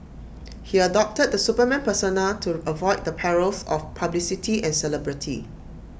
he adopted the Superman persona to avoid the perils of publicity and celebrity